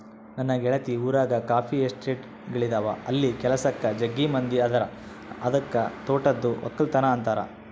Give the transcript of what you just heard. ನನ್ನ ಗೆಳತಿ ಊರಗ ಕಾಫಿ ಎಸ್ಟೇಟ್ಗಳಿದವ ಅಲ್ಲಿ ಕೆಲಸಕ್ಕ ಜಗ್ಗಿ ಮಂದಿ ಅದರ ಅದಕ್ಕ ತೋಟದ್ದು ವಕ್ಕಲತನ ಅಂತಾರ